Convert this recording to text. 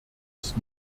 ist